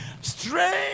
Strange